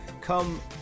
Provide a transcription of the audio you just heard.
come